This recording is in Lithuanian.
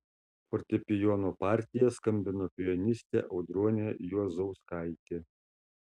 fortepijono partiją skambino pianistė audronė juozauskaitė